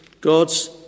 God's